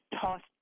tossed